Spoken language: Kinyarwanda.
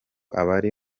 abari